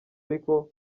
ariko